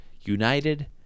united